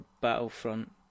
Battlefront